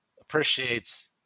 appreciates